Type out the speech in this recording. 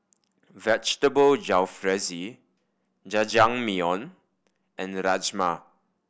Vegetable Jalfrezi Jajangmyeon and Rajma